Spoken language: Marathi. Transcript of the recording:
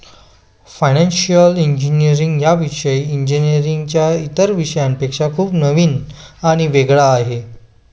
फायनान्शिअल इंजिनीअरिंग हा विषय इंजिनीअरिंगच्या इतर विषयांपेक्षा खूप नवीन आणि वेगळा आहे